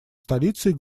столицей